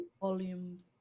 volume